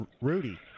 Rudy